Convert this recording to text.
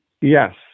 Yes